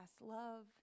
love